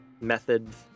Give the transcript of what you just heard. methods